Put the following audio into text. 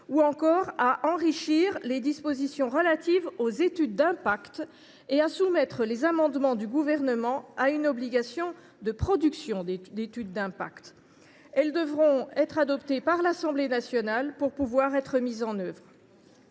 ou encore à enrichir les dispositions relatives aux études d’impact et à soumettre les amendements du Gouvernement à une obligation de production d’étude d’impact. Elles devront être adoptées par l’Assemblée nationale pour pouvoir être mises en œuvre.